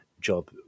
job